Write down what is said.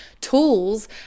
tools